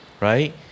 right